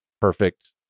perfect